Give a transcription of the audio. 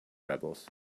rebels